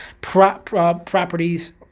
properties